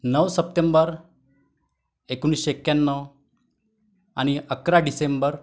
नऊ सप्टेंबर एकोणीसशे एक्याण्णव आणि अकरा डिसेंबर